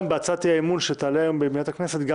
בהצעת האי-אמון שתעלה היום במליאת כנסת גם